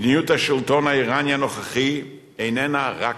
מדיניות השלטון האירני הנוכחי איננה רק הצגה,